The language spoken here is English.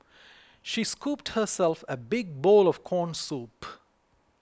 she scooped herself a big bowl of Corn Soup